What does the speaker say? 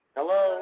Hello